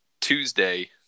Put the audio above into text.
tuesday